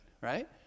right